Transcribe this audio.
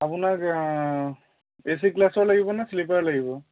আপোনাক A C ক্লাছৰ লাগিবনে শ্লিপাৰ লাগিব